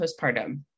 postpartum